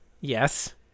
Yes